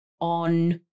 on